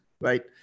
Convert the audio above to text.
Right